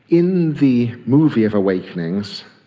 in the movie of awakenings,